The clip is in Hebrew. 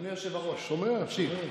אדוני היושב-ראש, תקשיב.